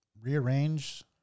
rearrange